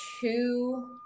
two